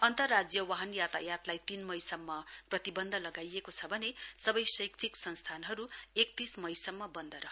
अन्तरराज्य वाहन यातायातलाई तीन मईसम्म प्रतिबन्ध लगाइएको छ भने सबै शैक्षिक संस्थानहरू एकतीस मईसम्म बन्द रहनेछन्